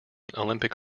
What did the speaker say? olympic